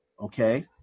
Okay